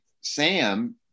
Sam